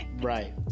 right